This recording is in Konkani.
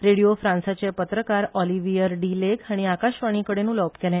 रेडीओ फ्रान्साचे पत्रकार ओलिवीयर डी लेग हाणी आकाशवाणीकडेन उलोवप केले